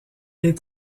est